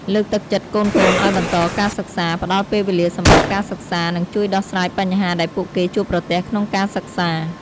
លើកទឹកចិត្តកូនៗឱ្យបន្តការសិក្សា ផ្តល់ពេលវេលាសម្រាប់ការសិក្សា និងជួយដោះស្រាយបញ្ហាដែលពួកគេជួបប្រទះក្នុងការសិក្សា។